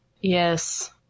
Yes